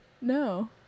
No